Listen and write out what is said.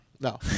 No